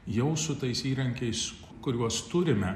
jau su tais įrankiais kuriuos turime